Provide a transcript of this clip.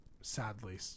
sadly